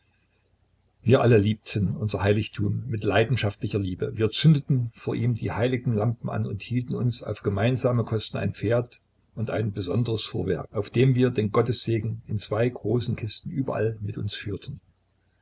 wir alle liebten unser heiligtum mit leidenschaftlicher liebe wir zündeten vor ihm die heiligen lampen an und hielten uns auf gemeinsame kosten ein pferd und ein besonderes fuhrwerk auf dem wir den gottessegen in zwei großen kisten überall mit uns führten